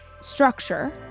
structure